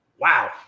Wow